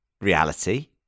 reality